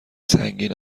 سنگین